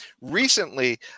recently